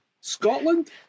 Scotland